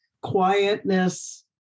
quietness